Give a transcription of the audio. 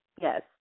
Yes